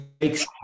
makes